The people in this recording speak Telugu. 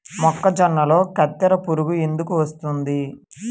మొక్కజొన్నలో కత్తెర పురుగు ఎందుకు వస్తుంది?